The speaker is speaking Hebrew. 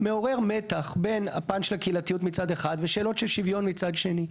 מעורר מתח בין הפן של הקהילתיות מצד אחד והשאלות של שוויון מצד שני.